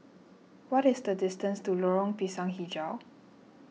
what is the distance to Lorong Pisang HiJau